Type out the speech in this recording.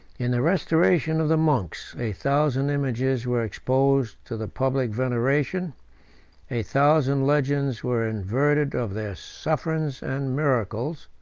in the restoration of the monks, a thousand images were exposed to the public veneration a thousand legends were inverted of their sufferings and miracles.